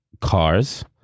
Cars